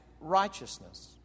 righteousness